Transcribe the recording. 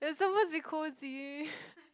it was supposed to be cosy